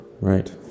Right